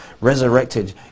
resurrected